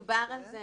דובר על זה.